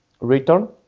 return